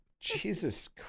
Jesus